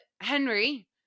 Henry